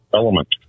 element